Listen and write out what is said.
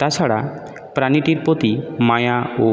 তাছাড়া প্রাণীটির প্রতি মায়া ও